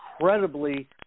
incredibly –